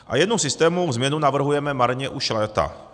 A jednu systémovou změnu navrhujeme marně už léta.